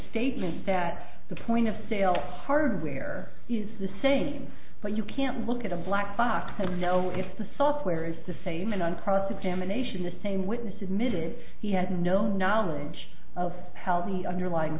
statement that the point of sale hardware is the same but you can't look at a black box and know if the software is the same and on cross examination the same witness imaging he had no knowledge of how the underlying